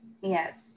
Yes